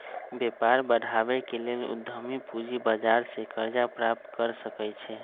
व्यापार बढ़ाबे के लेल उद्यमी पूजी बजार से करजा प्राप्त कर सकइ छै